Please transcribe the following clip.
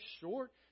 short